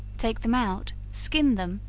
take them out, skin them,